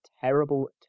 terrible